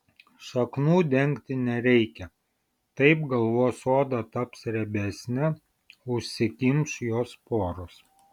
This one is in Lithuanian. šaknų dengti nereikia taip galvos oda taps riebesnė užsikimš jos poros